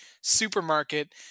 supermarket